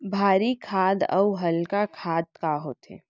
भारी खाद अऊ हल्का खाद का होथे?